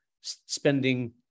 spending